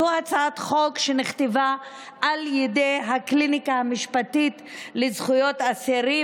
זו הצעת חוק שנכתבה על ידי הקליניקה המשפטית לזכויות אסירים